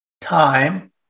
time